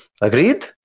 Agreed